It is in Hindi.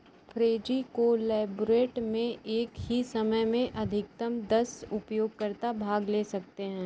फ्रेजी कोलैबोरेट में एक ही समय में अधिकतम दस उपयोगकर्ता भाग ले सकते हैं